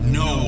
no